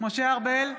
משה ארבל,